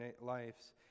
lives